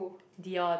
Dion